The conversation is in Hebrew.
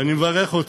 ואני מברך אותך,